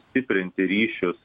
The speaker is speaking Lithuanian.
stiprinti ryšius